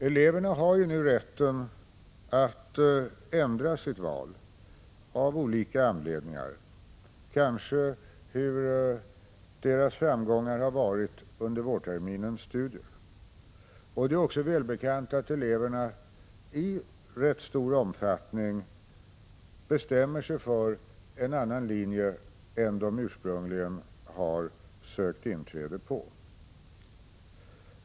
Eleverna har nu rätt att ändra sitt val av olika anledningar, kanske beroende på deras framgångar under vårteminens studier. Det är också välbekant att eleverna i rätt stor omfattning bestämmer sig för en annan linje än den som de ursprungligen har sökt inträde till.